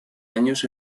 años